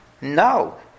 No